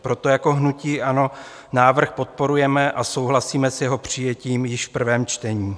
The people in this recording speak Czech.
Proto jako hnutí ANO návrh podporujeme a souhlasíme s jeho přijetím již v prvém čtení.